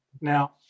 Now